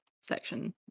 section